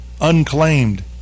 unclaimed